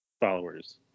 followers